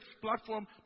platform